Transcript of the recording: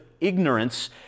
ignorance